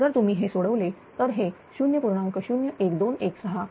जर तुम्ही हे सोडवले तर हे 0